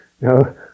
No